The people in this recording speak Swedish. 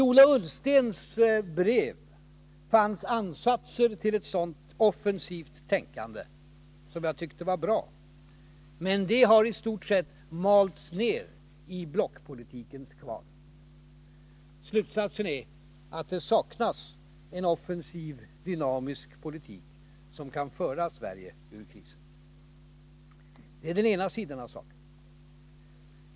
I Ola Ullstens brev fanns ansatser till ett sådant offensivt tänkande som jag tyckte var bra, men de har i stor utsträckning malts ner i blockpolitikens kvarn. Slutsatsen är att det saknas en offensiv, dynamisk politik som kan föra Sverige ur krisen. Det är den ena sidan av saken.